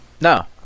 no